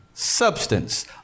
substance